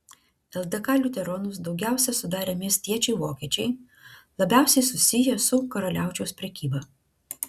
ldk liuteronus daugiausiai sudarė miestiečiai vokiečiai labiausiai susiję su karaliaučiaus prekyba